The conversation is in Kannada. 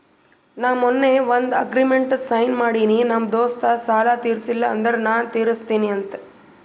ನಾ ಮೊನ್ನೆ ಒಂದ್ ಅಗ್ರಿಮೆಂಟ್ಗ್ ಸೈನ್ ಮಾಡಿನಿ ನಮ್ ದೋಸ್ತ ಸಾಲಾ ತೀರ್ಸಿಲ್ಲ ಅಂದುರ್ ನಾ ತಿರುಸ್ತಿನಿ ಅಂತ್